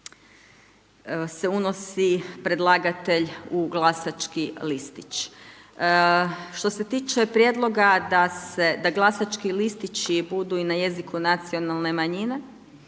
se unosi predlagatelj u glasački listić. Što se tiče prijedloga da glasački listići budu i na jeziku nacionalne manjine,